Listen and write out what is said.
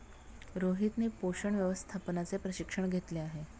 रोहितने पोषण व्यवस्थापनाचे प्रशिक्षण घेतले आहे